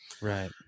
Right